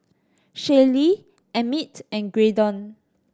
Shaylee Emmitt and Graydon